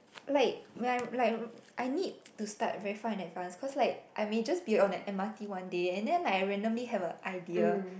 like when I like I need to start very far in advance cause like I may just be on a m_r_t one day and then I randomly have a idea